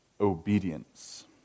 obedience